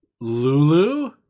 Lulu